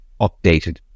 updated